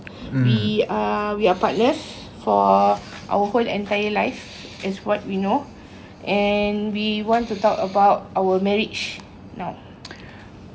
we are partners for our whole entire life as what we know and we wanted to talk about our marriage now